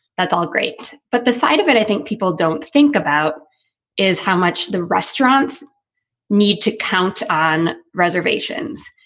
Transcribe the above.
that's all great. but the side of it, i think people don't think about is how much the restaurants need to count on reservations.